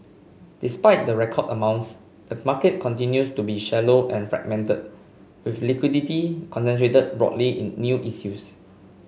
despite the record amounts the market continues to be shallow and fragmented with liquidity concentrated broadly in new issues